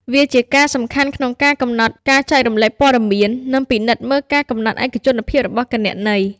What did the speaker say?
វាជាការសំខាន់ក្នុងការកំណត់ការចែករំលែកព័ត៌មាន និងពិនិត្យមើលការកំណត់ឯកជនភាពរបស់គណនី។